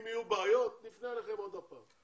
אם יהיו בעיות נפנה אליכם עוד הפעם.